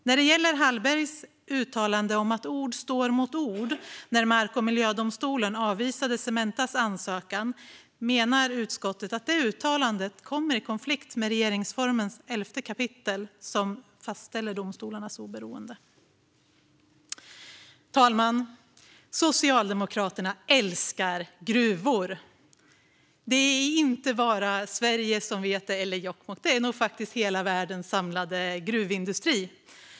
När det gäller Hallbergs uttalande om att ord står mot ord när Mark och miljööverdomstolen avvisade Cementas ansökan menar utskottet att det kommer i konflikt med regeringsformens 11 kap., som fastställer domstolarnas oberoende. Fru talman! Socialdemokraterna älskar gruvor. Det är inte bara Sverige - eller Jokkmokk - som vet det. Det vet nog hela världens samlade gruvindustri.